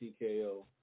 TKO